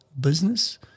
business